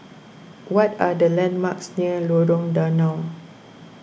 what are the landmarks near Lorong Danau